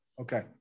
Okay